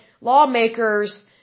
lawmakers